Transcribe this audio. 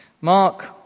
Mark